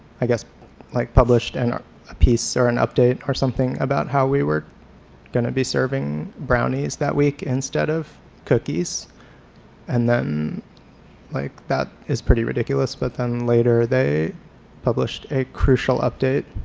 i guess like published and a piece or an update or something about how we were gonna be serving brownies that week instead of cookies and then like that is pretty ridiculous, but then later they published a crucial update